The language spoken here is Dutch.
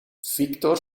victor